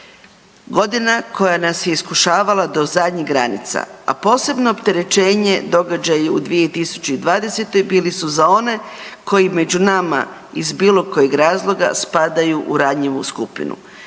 Godina koja nas je iskušavala do zadnjih granica. A posebno opterećenje događaji u 2020. bili su za one koji među nama iz bilo kojeg razloga spadaju u ranjivu skupinu.